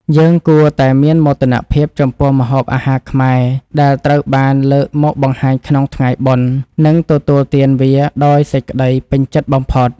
យើងគួរតែមានមោទនភាពចំពោះម្ហូបអាហារខ្មែរ ដែលត្រូវបានលើកមកបង្ហាញក្នុងថ្ងៃបុណ្យ និងទទួលទានវាដោយសេចក្តីពេញចិត្តបំផុត។